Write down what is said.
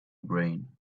brain